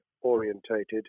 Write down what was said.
orientated